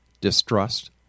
distrust